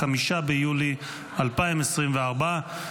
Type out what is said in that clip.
5 ביולי 2024,